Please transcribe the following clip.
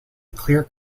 clear